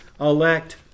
elect